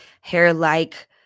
hair-like